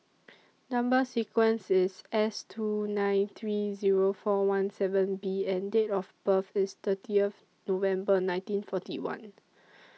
Number sequence IS S two nine three Zero four one seven B and Date of birth IS thirtieth November nineteen forty one